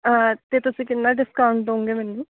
ਅਤੇ ਤੁਸੀਂ ਕਿੰਨਾ ਡਿਸਕਾਊਟ ਦਿਓਗੇ ਮੈਨੂੰ